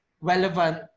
relevant